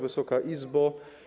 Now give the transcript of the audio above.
Wysoka Izbo!